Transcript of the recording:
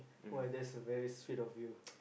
what that's a very sweet of you